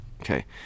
Okay